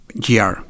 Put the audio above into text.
GR